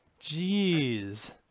Jeez